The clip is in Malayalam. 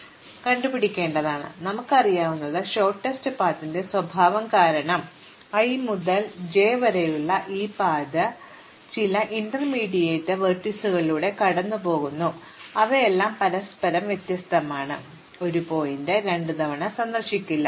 പക്ഷെ നമുക്കറിയാവുന്നത് ഹ്രസ്വമായ പാതയുടെ സ്വഭാവം കാരണം i മുതൽ j വരെയുള്ള ഈ പാത ചില ഇന്റർമീഡിയറ്റ് ലംബങ്ങളിലൂടെ കടന്നുപോകുന്നു അവയെല്ലാം പരസ്പരം വ്യത്യസ്തമാണ് ഒരു ശീർഷകവും രണ്ടുതവണ സന്ദർശിക്കില്ല